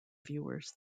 viewers